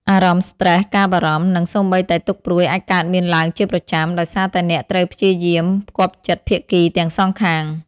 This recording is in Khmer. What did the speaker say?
អារម្មណ៍ស្ត្រេស ការបារម្ភ និងសូម្បីតែទុក្ខព្រួយអាចកើតមានឡើងជាប្រចាំ ដោយសារតែអ្នកត្រូវព្យាយាមផ្គាប់ចិត្តភាគីទាំងសងខាង។